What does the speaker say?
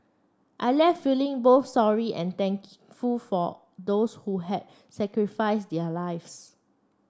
I left feeling both sorry and for those who had sacrifices their lives